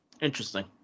interesting